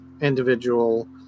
individual